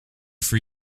for